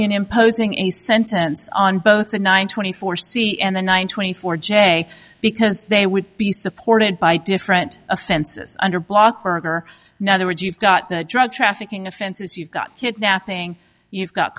imposing a sentence on both the nine twenty four c and the one twenty four j because they would be supported by different offenses under block burger now other words you've got the drug trafficking offenses you've got kidnapping you've got